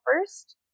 first